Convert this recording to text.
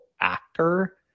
actor